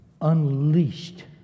unleashed